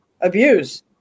abuse